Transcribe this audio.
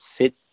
sit